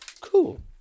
Cool